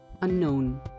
unknown